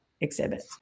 exhibit